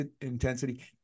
intensity